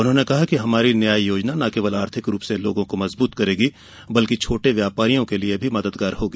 उन्होंने कहा कि हमारी न्याय योजना न केवल आर्थिक रूप से लोगों को मजबूत करेगी बल्कि छोटे व्यापारियों के लिए भी मददगार होगी